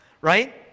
right